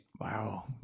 wow